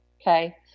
Okay